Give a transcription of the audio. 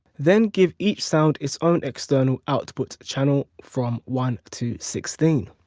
then give each sound its own external output channel from one to sixteen.